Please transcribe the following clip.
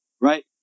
right